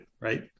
right